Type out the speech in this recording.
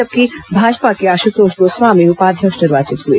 जबकि भाजपा के आश्रतोष गोस्वामी उपाध्यक्ष निर्वाचित हुए